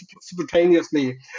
spontaneously